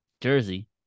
jersey